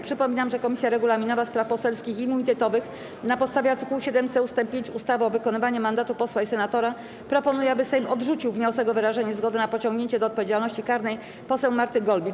Przypominam, że Komisja Regulaminowa, Spraw Poselskich i Immunitetowych na podstawie art. 7c ust. 5 ustawy o wykonywaniu mandatu posła i senatora proponuje, aby Sejm odrzucił wniosek o wyrażenie zgody na pociągnięcie do odpowiedzialności karnej poseł Marty Golbik.